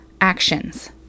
actions